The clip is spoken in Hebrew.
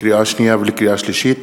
לקריאה שנייה ולקריאה שלישית,